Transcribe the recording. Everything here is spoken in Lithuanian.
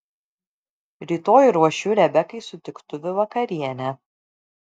rytoj ruošiu rebekai sutiktuvių vakarienę